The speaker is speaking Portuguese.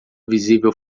visível